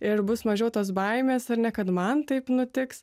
ir bus mažiau tos baimės ar ne kad man taip nutiks